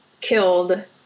killed